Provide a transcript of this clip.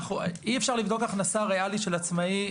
אי אפשר לבדוק הכנסה ריאלית של עצמאי,